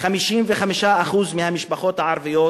55% מהמשפחות הערביות